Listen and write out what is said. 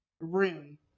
room